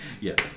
Yes